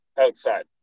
outside